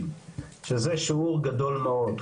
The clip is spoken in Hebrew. שזה שיעור גדול מאוד,